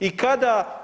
I kada?